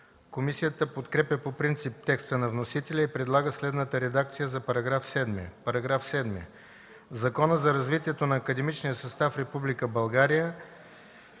Комисията подкрепя по принцип текста на вносителя и предлага следната редакция за § 7: „§ 7. В Закона за развитието на академичния състав в Република